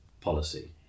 policy